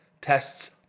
tests